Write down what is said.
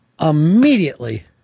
immediately